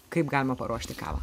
kaip galima paruošti kavą